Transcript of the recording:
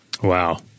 Wow